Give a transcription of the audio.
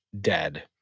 dead